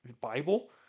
Bible